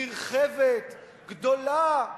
נרחבת, גדולה,